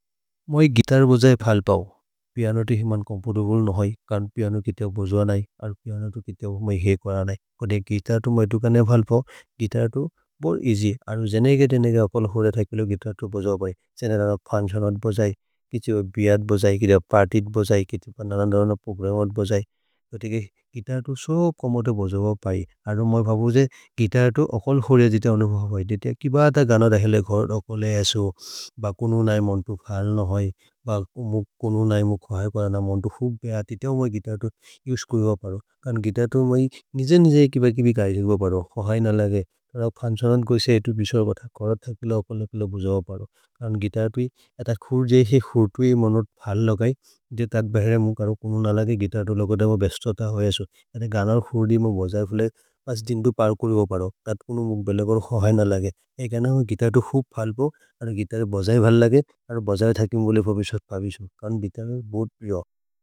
मोइ गितर् बोजये फल् पओ, पिअनो तु हिमन् चोम्फोर्तब्ले नहोइ, कर्ने पिअनो किते हो बोजोअ नहि। अरो पिअनो तु किते हो मै है कोर नहि, कर्ने गितर् तु मै तुकने फल् पओ गितर् तु बोर् एअस्य्। अरो जेनेगे जेनेगे अकल् होरे थकेलो गितर् तु बोजोअ भै। जेने रन फुन्च्तिओनत् बोजै, किछे भियात् बोजै। किछे पर्तित् बोजै, किछे रन रन प्रोग्रमत् बोजै, तो तेके गितर् तु सो कोमोदो बोजोब भै। अरो मै भबु जे गितर् तु अकल् होरे जिते अनुभव भै। किब आत गन दहेले घर् अकले असो। भ कुनु नहि मोन्तु फल् नहोइ, ब कुनु नहि मोन्तु खोहै। ब नहि मोन्तु हुक् बेहति ते हो मै गितर् तु उसे कुरुब फरो। कर्ने गितर् तु मै निजने निजने किब किबि कैसे भो फरो, खोहै नहि लगे। अरो फुन्च्तिओनत् गोइसे एतो बिश्वर् बत। कोर थकेलो अकल फेलो बोजोब फरो। कर्ने गितर् तु हि आत खुर् जे हि खुर् तु हि मोनु फल् लगै। जे तत् बहेरे मुक् अरो कुनु नहि लगै, गितर् तु लगद मो बेस्तत होयसो। कर्ने गन खुर् दि मो बोजै फुले पाँच दिन् तु पर्कुर् भो फरो। तत् कुनु मुक् बेल कर्ने खोहै नहि लगै, ए कर्ने गितर् तु हुक् फल् पओ। अरो गितर् तु बोजै भलि लगै, अरो बोजै थकिम् बोले फोबिश्वर् पविशु, कर्ने गितर् तु बोज् भिय।